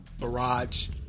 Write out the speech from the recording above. barrage